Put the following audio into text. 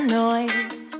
noise